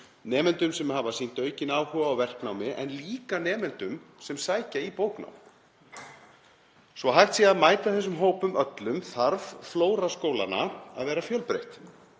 nemenda sem hafa sýnt aukinn áhuga á verknámi en líka nemenda sem sækja í bóknám. Til að hægt sé að mæta þessum hópum öllum þarf flóra skólanna að vera fjölbreytt.